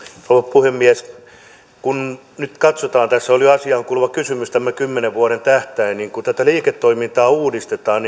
puhemies kun nyt katsotaan tässä oli asiaankuuluva kysymys tätä kymmenen vuoden tähtäintä kun tätä liiketoimintaa uudistetaan